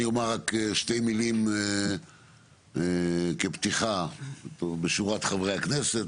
אני אומר רק שתי מילים כפתיחה בשורת חברי הכנסת,